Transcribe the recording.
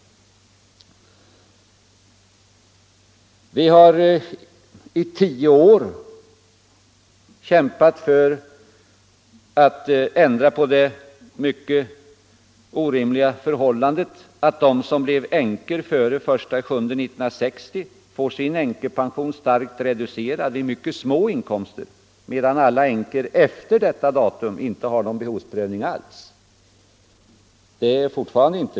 I tio år har vi moderater kämpat för att ändra på det förhållandet att de som blev änkor före den 1 juli 1960 får sin änkepension starkt reducerad redan vid mycket små inkomster, medan de som blivit änkor efter detta datum inte är föremål för någon behovsprövning alls. Det problemet är fortfarande olöst.